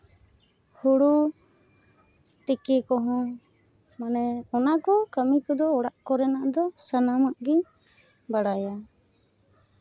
ᱦᱩᱲᱩ ᱛᱤᱠᱤ ᱠᱚᱦᱚᱸ ᱢᱟᱱᱮ ᱚᱱᱟ ᱠᱚ ᱠᱟᱹᱢᱤ ᱠᱚᱫᱚ ᱚᱲᱟᱜ ᱠᱚᱨᱮᱱᱟᱜ ᱫᱚ ᱥᱟᱱᱟᱢᱟᱜ ᱜᱤᱧ ᱵᱟᱲᱟᱭᱟ